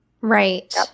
Right